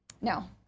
no